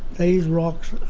these rocks are